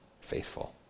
faithful